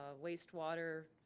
ah waste water,